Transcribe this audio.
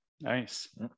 Nice